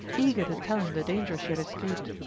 eager to tell him the danger she had escaped.